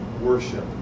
worship